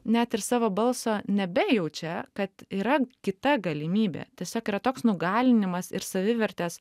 net ir savo balso nebejaučia kad yra kita galimybė tiesiog yra toks nugalinimas ir savivertės